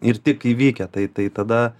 ir tik įvykę tai tai tada